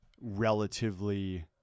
relatively